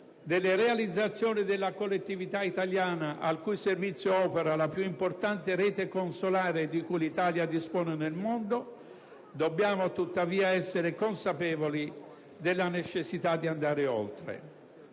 delle realizzazioni della collettività italiana, al cui servizio opera la più importante rete consolare di cui l'Italia dispone nel mondo, dobbiamo tuttavia essere consapevoli della necessità di andare oltre.